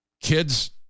Kids